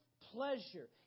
pleasure